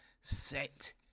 set